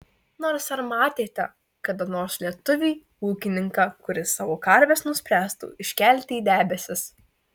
nors ar matėte kada nors lietuvį ūkininką kuris savo karves nuspręstų iškelti į debesis